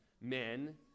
men